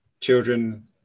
children